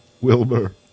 Wilbur